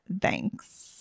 thanks